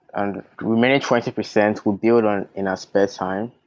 and remaining twenty percent we'll build on in our spare time.